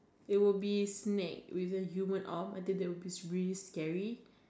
it would be snake with a human arm I think that would be really scary